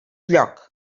lloc